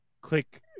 click